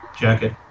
jacket